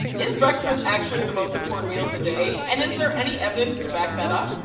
is breakfast actually the most important meal of the day? and is there any evidence to back that up?